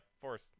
Force